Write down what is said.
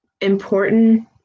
important